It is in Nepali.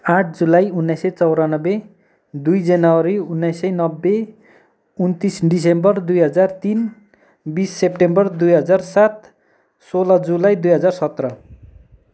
आठ जुलाई उन्नाइस सय चौरानब्बे दुई जनवरी उन्नाइस सय नब्बे उन्तिस दिसम्बर दुई हजार तिन बिस सेप्टेम्बर दुई हजार सात सोह्र जुलाई दुई हजार सत्र